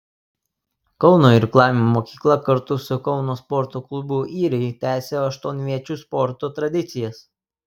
kauno irklavimo mokykla kartu su kauno sporto klubu yriai tęsė aštuonviečių sporto tradicijas